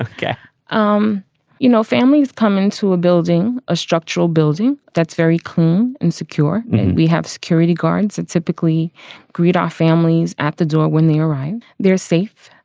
ah yeah um you know, families come into a building, a structural building that's very clean and secure. and we have security guards and typically greet our families at the door when they arrive. they're safe.